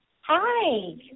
Hi